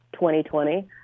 2020